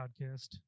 podcast